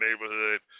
neighborhood